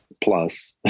plus